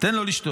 תן לו לשתות.